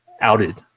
outed